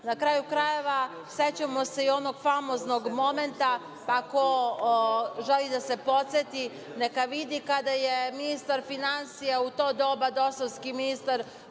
EU.Na kraju krajeva, sećamo se i onog famoznog momenta, pa ko želi da se podseti, neka vidi kada je ministar finansija u to doba dosovski ministar